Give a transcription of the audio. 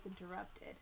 interrupted